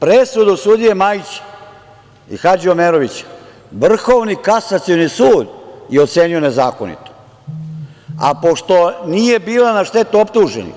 Presudu sudije Majića i Hadži Omerovića Vrhovni kasacioni sud je ocenio nezakonitom, a pošto nije bila na štetu optuženih,